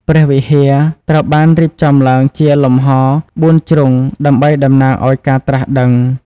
ព្រះវិហារ ត្រូវបានរៀបចំឡើងជាលំហបួនជ្រុងដើម្បីតំណាងឱ្យការត្រាស់ដឹង។